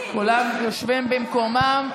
כולם יושבים במקומם.